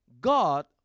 God